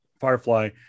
Firefly